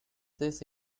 this